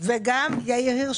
וגם יאיר הירש,